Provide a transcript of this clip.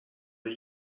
but